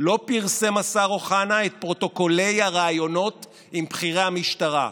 לא פרסם השר אוחנה את פרוטוקולי הראיונות עם בכירי המשטרה,